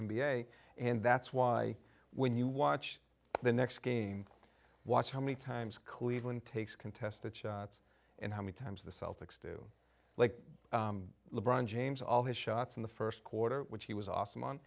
a and that's why when you watch the next game watch how many times cleveland takes contested shots and how many times the celtics do like le bron james all his shots in the first quarter which he was awesome on